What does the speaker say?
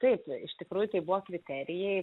taip iš tikrųjų tai buvo kriterijai